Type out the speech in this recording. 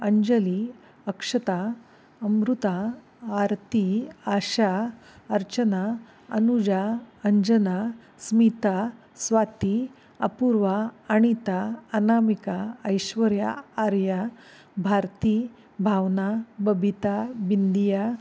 Anjali Akshata Amruta Aarti Asha Archana Anuja Anjana Smita Swati Apurva Anita Anamika Aishwarya Arya Bharati Bhavana Babita Bindiya